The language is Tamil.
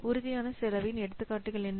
உறுதியான செலவின் எடுத்துக்காட்டுகள் என்ன